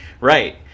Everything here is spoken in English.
Right